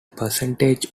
percentage